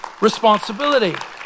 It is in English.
responsibility